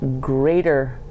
greater